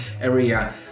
area